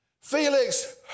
Felix